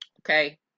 okay